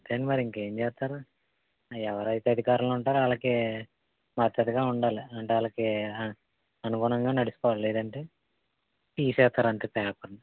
అంతేండి మరి ఇంకేం చేస్తారు అయి ఎవరైతే అధికారంలో ఉంటారో వాళ్ళకి మద్దతుగా ఉండాలి అంటే వాళ్ళకి అనుగుణంగా నడుచుకోవాలి లేదు అంటే తీసేస్తారు అంతే పేపర్ను